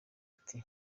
ati